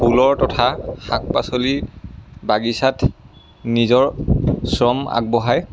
ফুলৰ তথা শাক পাচলি বাগিচাত নিজৰ শ্ৰম আগবঢ়ায়